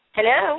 Hello